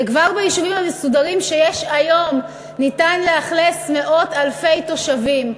וכבר את היישובים המסודרים שיש היום אפשר לאכלס במאות אלפי תושבים.